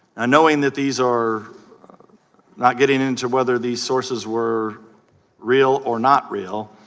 and knowing that these or not getting into whether the sources were real or not real,